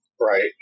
Right